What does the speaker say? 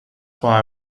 why